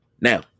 Now